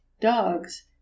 dogs